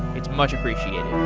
it's much appreciated